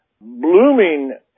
blooming